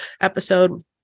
episode